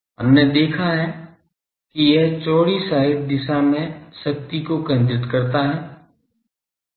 हमने देखा है कि यह चौड़ी साइड दिशा में शक्ति को केंद्रित करता है